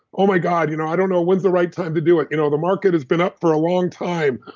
oh my god, you know i don't know when's the right time to do it. you know the market has been up for a long time,